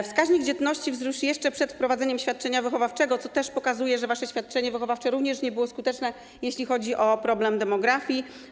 Wskaźnik dzietności wzrósł jeszcze przed wprowadzeniem świadczenia wychowawczego, co też pokazuje, że wasze świadczenie wychowawcze również nie było skuteczne, jeśli chodzi o problem demografii.